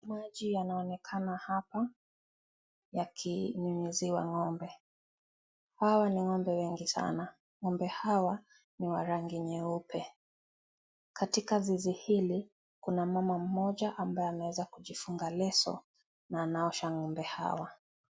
Maji yanaonekana hapa yakinyunyiziwa ng'ombe. Hawa ni ng'ombe wengi sana. Ng'ombe hawa ni wa rangi nyeupe. Katika zizi hili kuna mama mmoja ambaye ameweza kujifunga leso na anaosha ng'ombe hawa.